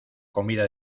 comida